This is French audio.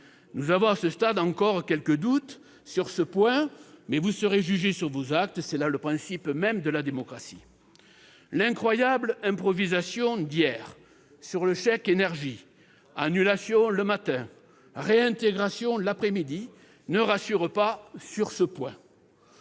nous avons encore quelques doutes sur ce point, mais vous serez jugé sur vos actes, c'est là le principe même de la démocratie. L'incroyable improvisation d'hier sur le chèque énergie- annulation le matin, réintégration l'après-midi -ne rassure pas sur ce point.